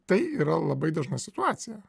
tai yra labai dažna situacija